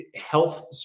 health